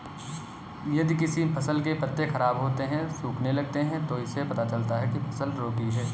यदि किसी फसल के पत्ते खराब होते हैं, सूखने लगते हैं तो इससे पता चलता है कि फसल रोगी है